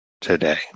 today